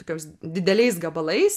tokios dideliais gabalais